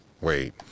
Wait